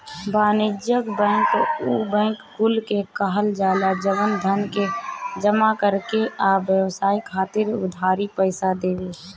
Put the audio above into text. वाणिज्यिक बैंक उ बैंक कुल के कहल जाला जवन धन के जमा करे आ व्यवसाय खातिर उधारी पईसा देवे